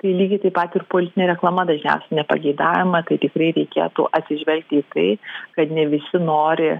tai lygiai taip pat ir politinė reklama dažniausiai nepageidaujama tai tikrai reikėtų atsižvelgti į tai kad ne visi nori